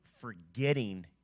forgetting